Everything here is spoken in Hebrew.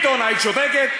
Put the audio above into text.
ביטון, היית שותקת?